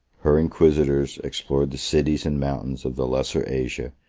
her inquisitors explored the cities and mountains of the lesser asia,